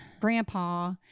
grandpa